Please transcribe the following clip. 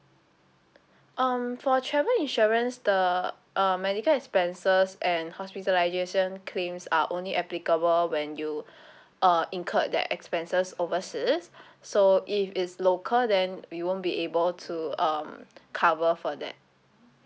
um for travel insurance the uh medical expenses and hospitalisation claims are only applicable when you uh incurred that expenses overseas so if it's local then we won't be able to um cover for that